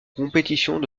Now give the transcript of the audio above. compétitions